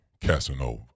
Casanova